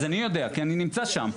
אז אני יודע, כי אני נמצא שם.